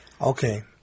Okay